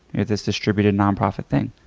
this distributed, nonprofit thing.